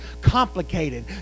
complicated